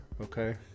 okay